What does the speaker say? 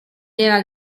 era